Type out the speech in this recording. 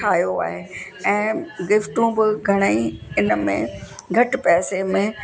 ठाहियो आहे ऐं गिफ्टूं बि घणेई इन में घटि पैसे में